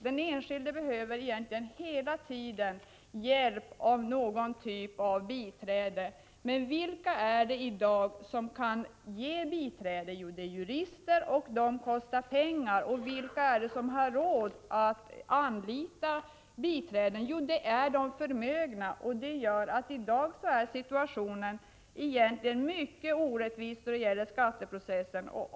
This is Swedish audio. Den enskilde behöver egentligen hela tiden hjälp av någon typ av biträde. Men vilka är det som i dag kan ge biträde? Jo, det är jurister, och de kostar pengar. Vilka är det som har råd att anlita biträden? Jo, det är de förmögna. Detta gör att situationen i dag egentligen är mycket orättvis då det gäller skatteprocesser.